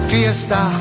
Fiesta